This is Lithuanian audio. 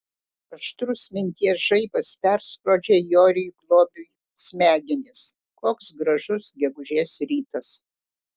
aštrus minties žaibas perskrodžia joriui globiui smegenis koks gražus gegužės rytas